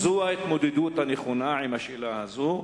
זו ההתמודדות הנכונה עם השאלה הזו,